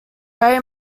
very